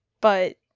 but-